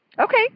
Okay